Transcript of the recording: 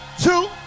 two